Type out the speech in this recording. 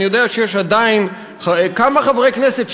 אני יודע שיש עדיין כמה חברי כנסת,